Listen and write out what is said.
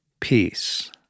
Peace